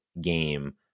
game